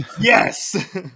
yes